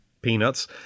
peanuts